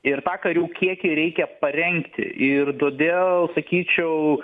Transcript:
ir tą karių kiekį reikia parengti ir todėl sakyčiau